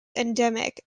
endemic